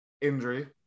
Injury